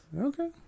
Okay